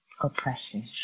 oppressive